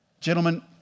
Gentlemen